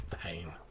pain